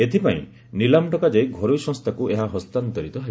ଏଥିପାଇଁ ନିଲାମ ଡକାଯାଇ ଘରୋଇ ସଂସ୍ଥାକୁ ଏହା ହସ୍ତାନ୍ତରିତ ହେବ